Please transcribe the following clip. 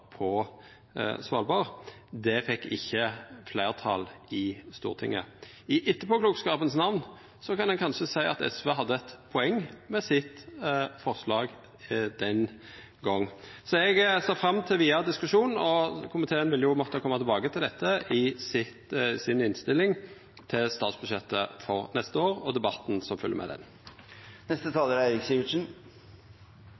på Svalbard. Det fekk ikkje fleirtal i Stortinget. I etterpåklokskapens namn kan ein kanskje seia at SV hadde eit poeng med sitt forslag den gongen. Eg ser fram til den vidare diskusjonen, og komiteen vil måtta koma tilbake til dette i si innstilling til statsbudsjettet for neste år og debatten som følgjer med